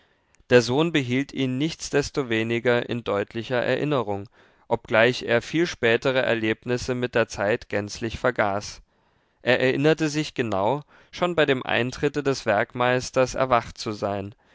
der sohn behielt ihn nichtsdestoweniger in deutlicher erinnerung obgleich er viel spätere erlebnisse mit der zeit gänzlich vergaß er erinnerte sich genau schon bei dem eintritte des werkmeisters erwacht zu sein